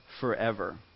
forever